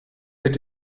mit